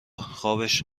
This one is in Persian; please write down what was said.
خابش